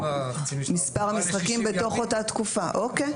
מספר משחקים בתוך אותה תקופה אוקיי.